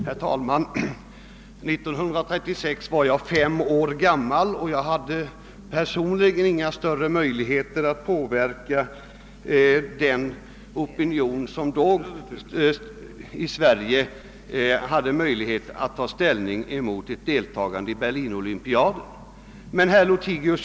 Herr talman! År 1936 var jag fem år gammal, och jag hade personligen inga större möjligheter att påverka den opinion som då i Sverige kunde ta ställning mot ett deltagande i Berlin-olympiaden. Herr Lothigius!